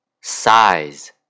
Size